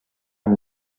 amb